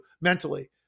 mentally